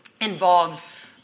involves